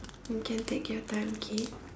you can take your time okay